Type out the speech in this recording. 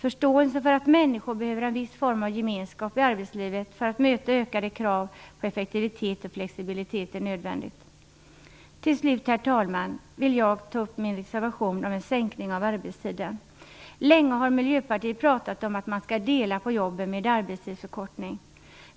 Förståelsen för att människor behöver en viss form av gemenskap i arbetslivet för att möta ökade krav på effektivitet och flexibilitet är nödvändig. Till slut, herr talman, vill jag ta upp min reservation om en sänkning av arbetstiden. Länge har Miljöpartiet pratat om att man skall dela på jobben med arbetstidsförkortning.